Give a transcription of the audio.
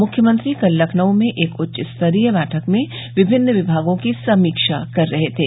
मुख्यमंत्री कल लखनऊ में एक उच्चस्तरीय बैठक में विभिन्न विभागों की समीक्षा कर रहे थे